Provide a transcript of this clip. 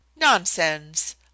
nonsense